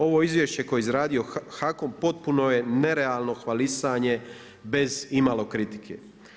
Ovo izvješće koje je izradio HAKOM potpuno je nerealno hvalisanje bez imalo kritike.